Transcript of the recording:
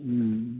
হুম